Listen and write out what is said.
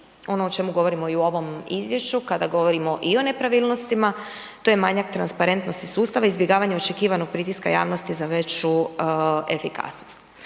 ono o čemu govorimo i u ovom izvješću kada govorimo i o nepravilnostima, to je manjak transparentnosti sustava, izbjegavanje očekivanog pritiska javnosti za veću efikasnost.